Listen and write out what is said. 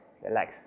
relax